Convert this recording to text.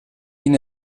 ihn